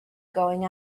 going